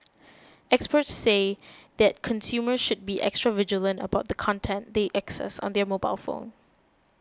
experts say that consumers should be extra vigilant about the content they access on their mobile phone